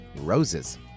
roses